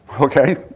okay